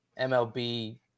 MLB